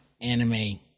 anime